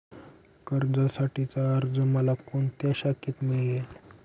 कर्जासाठीचा अर्ज मला कोणत्या शाखेत मिळेल?